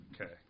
Okay